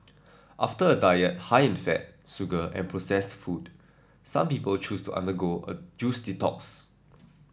after a diet high in fat sugar and processed food some people choose to undergo a juice detox